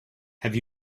have